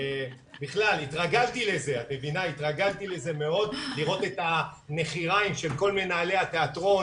ובכלל התרגלתי מאוד לראות את הנחיריים של כל מנהלי התיאטרון,